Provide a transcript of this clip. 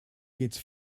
gets